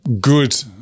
good